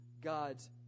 God's